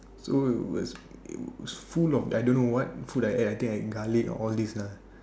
so it was it was full of I don't know full of air I think I eat garlic or don't know what lah